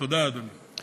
תודה, אדוני.